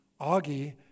Augie